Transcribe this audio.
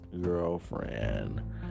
girlfriend